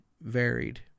varied